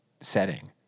setting